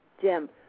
Jim